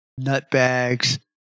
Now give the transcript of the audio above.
nutbags